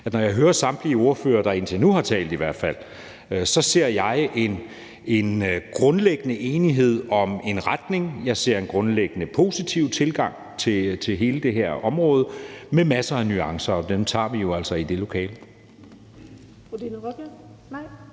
når jeg hører samtlige ordførere, i hvert fald dem, der indtil nu har talt, så oplever jeg, at der er en grundlæggende enighed om en retning. Jeg oplever en grundlæggende positiv tilgang til hele det her område med masser af nuancer, og dem drøfter vi jo i det lokale.